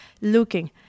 looking